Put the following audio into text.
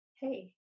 Hey